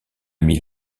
mis